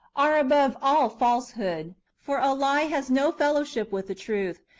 are above all falsehood for a lie has no fellowship with the truth,